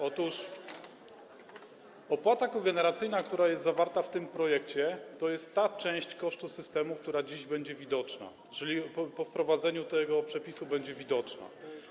Otóż opłata kogeneracyjna, która jest zawarta w tym projekcie, to jest ta część kosztów systemu, która dziś będzie widoczna, czyli po wprowadzeniu tego przepisu będzie widoczna.